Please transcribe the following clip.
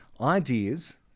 ideas